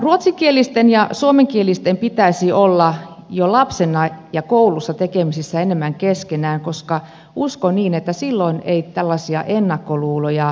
ruotsinkielisten ja suomenkielisten pitäisi olla jo lapsena ja koulussa tekemisissä enemmän keskenään koska uskon niin että silloin ei tällaisia ennakkoluuloja syntyisi